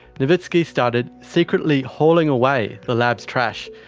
novitzky started secretly hauling away the lab's trash,